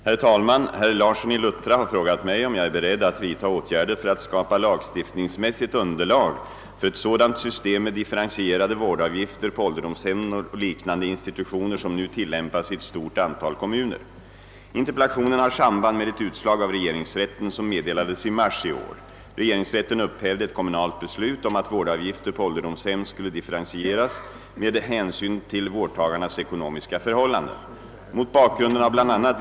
Herr talman! Herr Larsson i Luttra har frågat mig, om jag är beredd att vidta åtgärder för att skapa lagstiftningsmässigt underlag för ett sådant system med differentierade vårdavgifter på ålderdomshem och liknande institutioner som nu tillämpas i ett stort antal kommuner. Interpellationen har samband med ett utslag av regeringsrätten som meddelades i mars i år. Regeringsrätten upphävde ett kommunalt beslut om att vårdavgifter på ålderdomshem skulle differentieras med hänsyn till vårdtagarnas ekonomiska förhållanden. Mot bakgrunden av bla.